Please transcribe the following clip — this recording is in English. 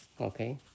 Okay